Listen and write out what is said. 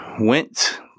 went